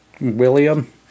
william